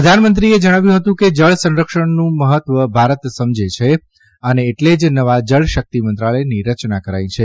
પ્રધાનમંત્રીએ જણાવ્યું હતું કે જળ સંરક્ષણનું મહત્વ ભારત સમજે છે અને એટલે જ નવા જળશકિત મંત્રાલયની રચના કરાઈ છે